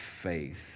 faith